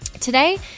Today